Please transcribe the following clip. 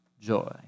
joy